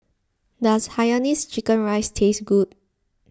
does Hainanese Chicken Rice taste good